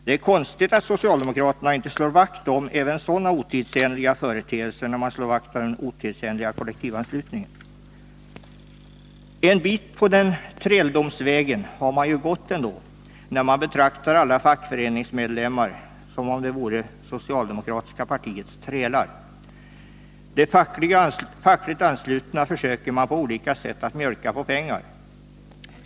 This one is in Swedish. Det är konstigt att socialdemokraterna inte slår vakt om även sådana otidsenliga företeelser, när man slår vakt om den otidsenliga kollektivanslutningen. En bit på den vägen har man ju gått ändå, när man betraktar alla fackföreningsmedlemmar som om de vore det socialdemokratiska partiets trälar. De fackligt anslutna försöker man på olika sätt att mjölka på pengar.